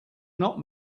not